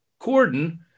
Corden